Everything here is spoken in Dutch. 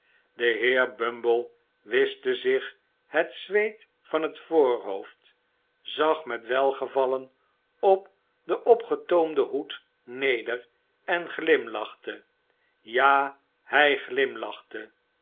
de heer bumble vvischte zich het zweet van het voorhoofd zag met welgevallen op den opgetoomden hoed neder en glimlachte ja hij glimlachte